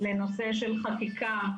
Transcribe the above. לנושא של חקיקה,